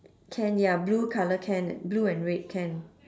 can ya blue colour can blue and red can